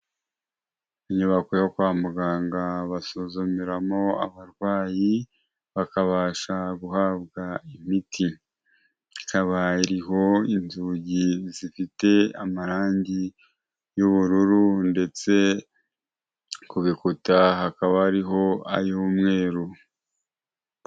Inyubako yo kwa muganga basuzumiramo abarwayi, bakabasha guhabwa imiti. Ikaba iriho inzugi zifite amarangi y'ubururu ndetse ku bikuta hakaba hariho ay'umweru.